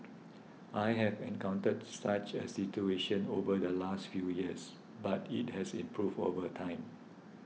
I have encountered such a situation over the last few years but it has improved over time